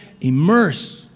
immerse